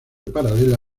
paralela